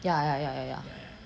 ya ya ya ya ya